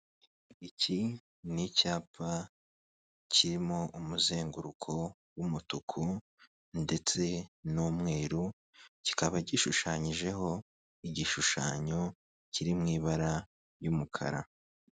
Iki ni icyapa kirimo umuzenguruko w'umutuku ndetse n'umweru, kikaba gishushanyijeho igishushanyo kiri mu ibara ry'umukara.